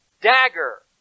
dagger